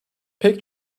pek